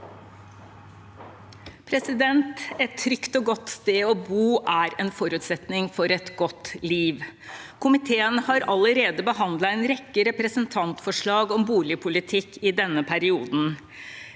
sa- ken): Et trygt og godt sted å bo er en forutsetning for et godt liv. Komiteen har allerede behandlet en rekke representantforslag om boligpolitikk i denne perioden.